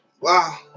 Wow